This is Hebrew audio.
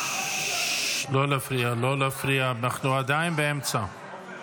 נגד אריאל